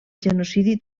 genocidi